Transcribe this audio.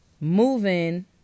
moving